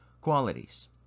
qualities